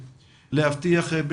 בהמשך לדבריו של